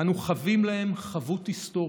אנו חבים להם חבות היסטורית,